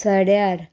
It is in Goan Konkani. सड्यार